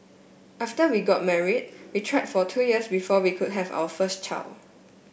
after we got married we tried for two years before we could have our first child